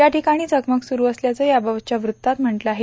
या ठिकाणी चकमक सुरू असल्याचं याबाबतच्या वृत्तात म्हटलं आहे